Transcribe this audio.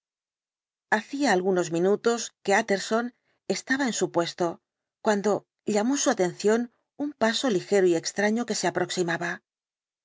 hacía algunos minutos que utterson estaba en su puesto cuando llamó su atención un paso ligero y extraño que se aproximaba